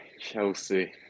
Chelsea